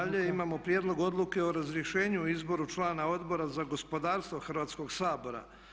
Dalje imamo Prijedlog odluke o razrješenju i izboru člana Odbora za gospodarstvo Hrvatskog sabora.